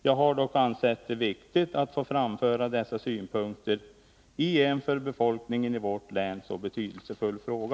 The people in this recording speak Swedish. Jag har dock ansett det viktigt att få framföra dessa synpunkter, i en för befolkningen i vårt län så betydelsefull fråga.